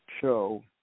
show